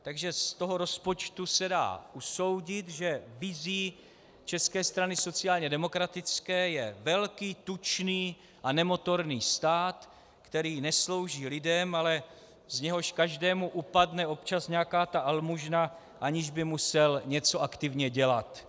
Takže z toho rozpočtu se dá usoudit, že vizí České strany sociálně demokratické je velký, tučný a nemotorný stát, který neslouží lidem, ale z něhož každému upadne občas nějaká ta almužna, aniž by musel něco aktivně dělat.